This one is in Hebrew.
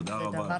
תודה רבה.